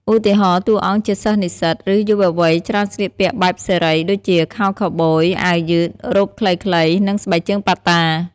ឧទាហរណ៍ តួអង្គជាសិស្សនិស្សិត ឬយុវវ័យច្រើនស្លៀកពាក់បែបសេរី ដូចជា ខោខូវប៊យ អាវយឺត រ៉ូបខ្លីៗ និងស្បែកជើងប៉ាតា។